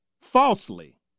falsely